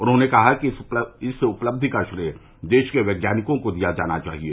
उन्होंने कहा कि इस उपलधि का श्रेय देश के वैज्ञानिकों को दिया जाना चाहिए